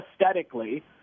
aesthetically